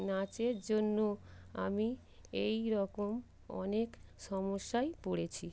নাচের জন্য আমি এই রকম অনেক সমস্যায় পড়েছি